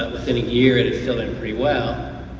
in a year it's filling pretty well.